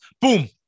boom